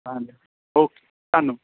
ਹਾਂਜੀ ਓਕੇ ਧੰਨਵਾਦ